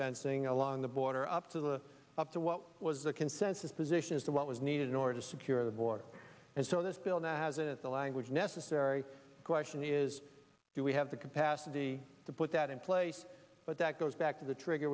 fencing along the border up to the up to what was the consensus position is that what was needed in order to secure the border and so this bill now has it the language necessary question is do we have the capacity to put that in place but that goes back to the trigger